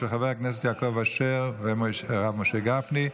של חברי הכנסת יעקב אשר והרב משה גפני.